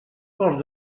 cost